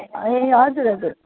ए हजुर हजुर